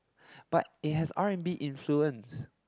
but it has R and B influence